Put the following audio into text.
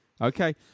okay